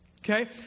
Okay